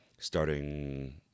Starting